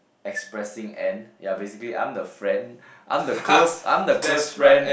expressing end ya basically I'm the friend I'm the close I'm the close friend